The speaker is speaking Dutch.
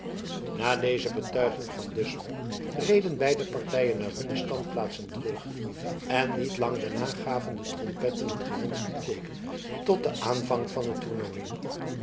na deze betuiging van dusmer reden beide partijen naar hunne standplaatsen terug en niet lang daarna gaven de trompetten het gewenschte teeken tot den aanvang van het tornooi